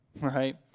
right